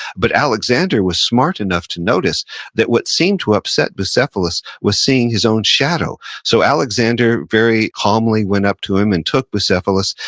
but alexander was smart enough to notice that what seemed to upset bucephalus was seeing his own shadow. so, alexander, very calmly, went up to him and took bucephalus,